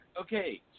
Okay